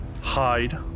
Hide